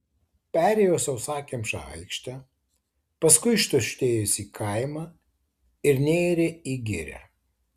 perėjo sausakimšą aikštę paskui ištuštėjusį kaimą ir nėrė į girią